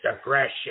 aggression